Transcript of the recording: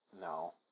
No